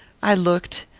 i looked,